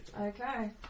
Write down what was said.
Okay